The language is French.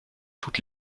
toutes